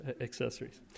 accessories